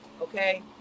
Okay